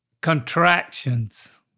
contractions